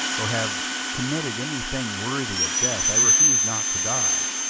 or have committed any thing worthy of death, i refuse not to die